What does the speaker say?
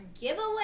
giveaway